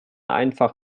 einfach